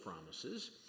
promises